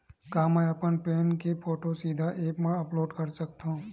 का मैं अपन पैन के फोटू सीधा ऐप मा अपलोड कर सकथव?